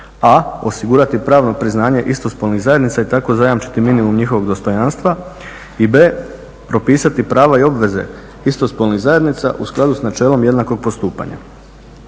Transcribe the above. a) osigurati pravno priznanje istospolnih zajednica i tako zajamčiti minimum njihovog dostojanstva i b) propisati prava i obveze istospolnih zajednica u skladu sa načelom jednakog postupanja.